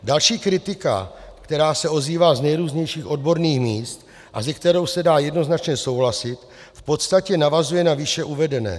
Další kritika, která se ozývá z nejrůznějších odborných míst a se kterou se dá jednoznačně souhlasit, v podstatě navazuje na výše uvedené.